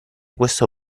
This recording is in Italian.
questo